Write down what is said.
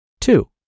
Two